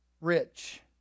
rich